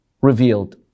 revealed